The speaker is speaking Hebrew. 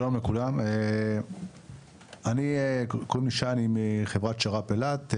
שלום לכולם, אני שי מחברת שר"פ אילת.